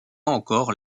encore